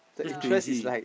that's crazy